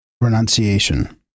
Renunciation